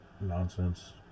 nonsense